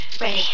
Ready